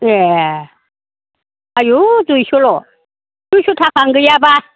ए आयौ दुइस'ल' दुइस' थाखायानो गैयाबा